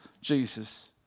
Jesus